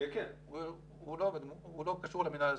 הוא לא קשור למינהל האזרחי.